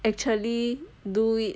actually do it